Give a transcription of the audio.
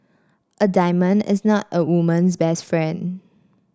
a diamond is not a woman's best friend